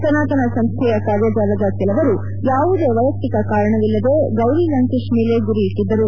ಸನಾತನ ಸಂಸ್ಥೆಯ ಕಾರ್ಯಜಾಲದ ಕೆಲವರು ಯಾವುದೇ ವೈಯಕ್ತಿಕ ಕಾರಣವಿಲ್ಲದೆ ಗೌರಿ ಲಂಕೇಶ್ ಮೇಲೆ ಗುರಿ ಇಟ್ಟದ್ದರು